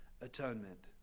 atonement